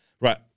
right